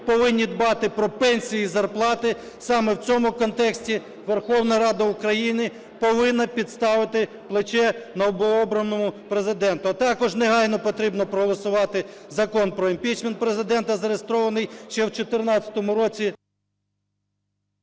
повинні дбати про пенсії й зарплати. Саме в цьому контексті Верховна Рада України повинна підставити плече новообраному Президенту. А також негайно потрібно проголосувати Закон про імпічмент Президента, зареєстрований ще в 2014 році…